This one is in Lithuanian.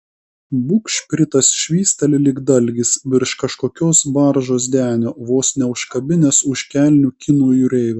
bugšpritas švysteli lyg dalgis virš kažkokios baržos denio vos neužkabinęs už kelnių kinų jūreivio